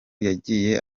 yagiye